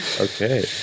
Okay